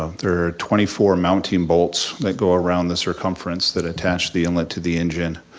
um there are twenty four mounting bolts that go around the circumference that attach the inlet to the engine,